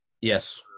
Yes